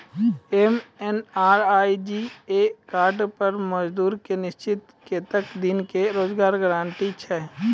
MNREGA card पर मजदुर के निश्चित कत्तेक दिन के रोजगार गारंटी छै?